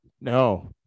no